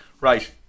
Right